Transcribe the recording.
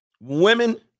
Women